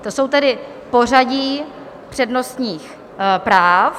To jsou tedy pořadí přednostních práv.